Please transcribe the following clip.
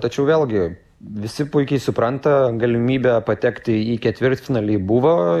tačiau vėlgi visi puikiai supranta galimybė patekti į ketvirtfinalį buvo